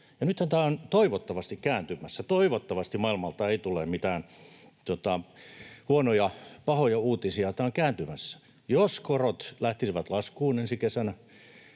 nythän tämä on toivottavasti kääntymässä. Toivottavasti maailmalta ei tule mitään huonoja, pahoja uutisia. Tämä on kääntymässä. Jos korot lähtisivät laskuun ensi kesänä,